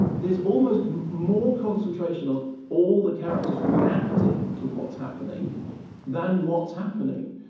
there's almost more concentration on all the characters reacting to what's happening than what's happening.